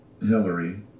Hillary